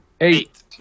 Eight